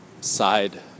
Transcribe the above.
side